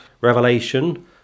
revelation